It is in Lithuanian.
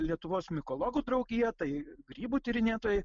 lietuvos mikologų draugija tai grybų tyrinėtojai